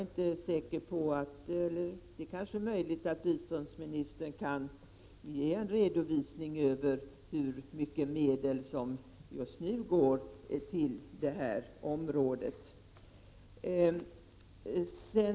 Det är möjligt att biståndsministern kan ge en redovisning av hur mycket medel som just nu går till detta område, men jag är inte säker på det.